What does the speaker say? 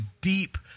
deep